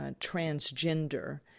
transgender